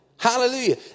Hallelujah